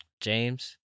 James